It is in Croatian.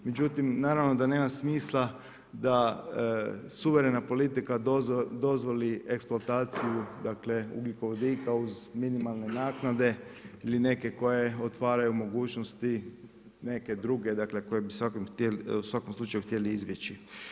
Međutim, naravno da nema smisla da suverena politika dozvoli eksploataciju dakle ugljikovodika uz minimalne naknade ili neke koje otvaraju mogućnosti neke druge dakle koje bi u svakom slučaju htjeli izbjeći.